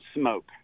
smoke